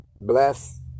bless